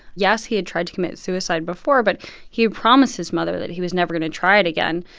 yes, he had tried to commit suicide before, but he had promised his mother that he was never going to try it again.